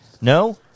No